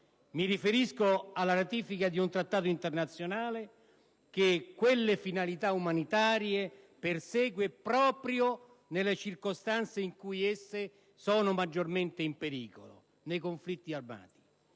Mi riferisco alla ratifica di un trattato internazionale che quelle finalità umanitarie persegue proprio nelle circostanze in cui esse sono maggiormente in pericolo, cioè nei conflitti armati.